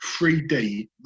3D